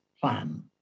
plan